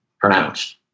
pronounced